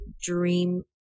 dream